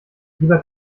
lieber